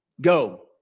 Go